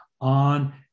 on